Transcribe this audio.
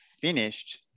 finished